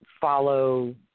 follow